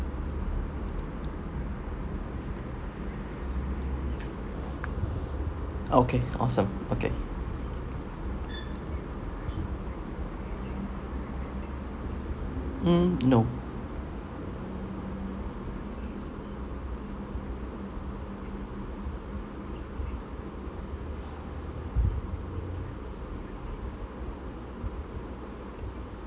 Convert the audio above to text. okay awesome okay mm no